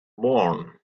born